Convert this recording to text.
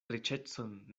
riĉecon